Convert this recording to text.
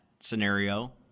Scenario